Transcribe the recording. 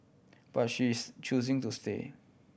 but she is choosing to stay